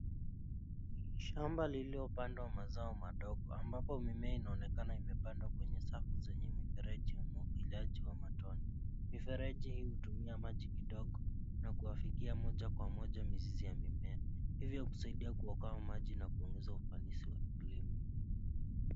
Shamba lililopandwa mazao madogo ambapo mimea inaonekana imepandwa kwenye safu zenye mifereji ya umwagiliaji wa matone. Mifereji hii hitumia maji kidogo na kuafikia moja kwa moja mizizi ya mimea hivyo husaidia kuokoa maji na kuongeza ufanisi wa kilimo.